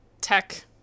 tech